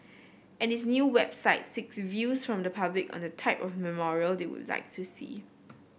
and its new website seeks views from the public on the type of memorial they would like to see